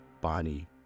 Bonnie